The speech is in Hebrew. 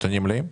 נתונים מלאים?